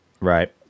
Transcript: Right